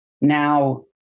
Now